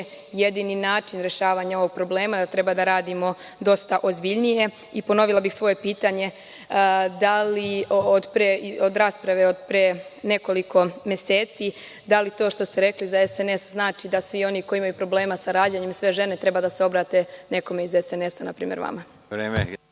jedini način rešavanja ovog problema. Treba da radimo dosta ozbiljnije. Ponovila bih svoje pitanje. Da li u rasprave od pre nekoliko meseci, da li to što ste rekli za SNS, znači da svi oni koji imaju problema sa rađanjem, sve žene, treba da se obrate nekome iz SNS, na primer vama?